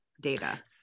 data